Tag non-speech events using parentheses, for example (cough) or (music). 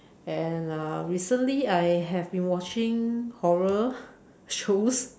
and uh recently I have been watching horror (laughs) shows